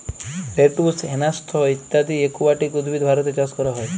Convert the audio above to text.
lettuce, hyacinth ইত্যদি aquatic উদ্ভিদ ভারতে চাস ক্যরা হ্যয়ে